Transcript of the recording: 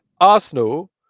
Arsenal